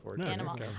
animal